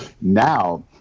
Now